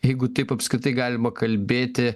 jeigu taip apskritai galima kalbėti